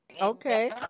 Okay